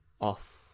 off